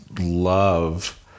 love